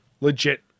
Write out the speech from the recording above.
legit